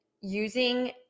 using